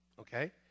Okay